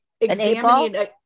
examining